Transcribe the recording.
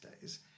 days